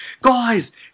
Guys